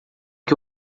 que